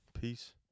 peace